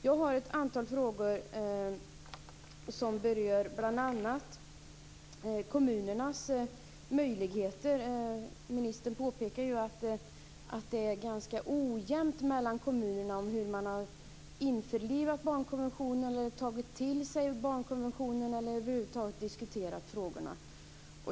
Jag har ett antal frågor som berör bl.a. kommunernas möjligheter. Ministern påpekar att det är ganska ojämnt mellan kommunerna hur man har införlivat barnkonventionen, tagit till sig barnkonventionen eller över huvud taget diskuterat frågorna.